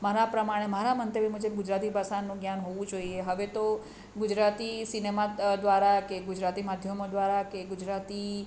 મારા પ્રમાણે મારા મંતવ્ય મુજબ ગુજરાતી ભાષાનું જ્ઞાન હોવું જોઈએ હવે તો ગુજરાતી સિનેમા દ્વારા કે ગુજરાતી માધ્યમો દ્વારા કે ગુજરાતી